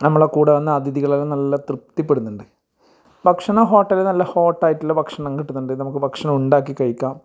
നമ്മളെ കൂടെ വന്ന അതിഥികളെല്ലാം നല്ല തൃപ്തിപ്പെടുന്നുണ്ട് ഭക്ഷണം ഹോട്ടലീന്നല്ല ഹോട്ടായിട്ടുള്ള ഭക്ഷണം കിട്ടുന്നുണ്ട് ഭക്ഷണം ഉണ്ടാക്കി കഴിക്കാം